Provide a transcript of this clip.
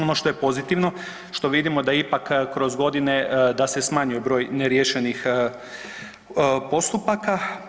Ono što je pozitivno, što vidimo da ipak kroz godine da se smanjuje broj neriješenih postupaka.